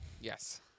Yes